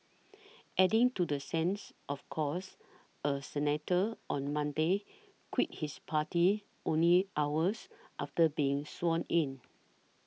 adding to the sense of chaos a senator on Monday quit his party only hours after being sworn in